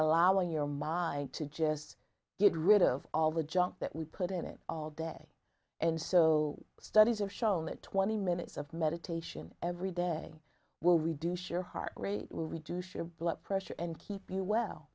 allowing your mind to just get rid of all the junk that we put in it all day and so studies have shown that twenty minutes of meditation every day will reduce your heart rate will reduce your blood pressure and keep you well